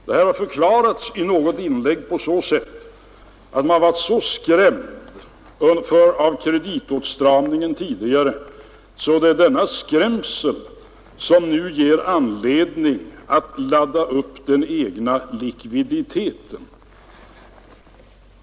Detta har i något inlägg förklarats med att man blev så skrämd av den tidigare kreditåtstramningen att man nu laddar upp den egna likviditeten.